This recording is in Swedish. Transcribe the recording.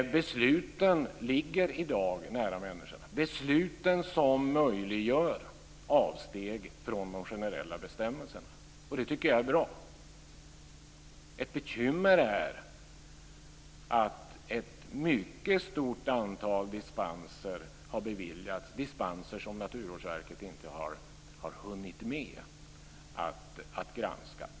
Besluten ligger i dag nära människorna. Det är besluten som möjliggör avsteg från de generella bestämmelserna. Det är bra. Ett bekymmer är att ett mycket stort antal dispenser har beviljats. Det är dispenser som Naturvårdsverket inte har hunnit granska.